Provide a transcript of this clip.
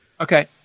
Okay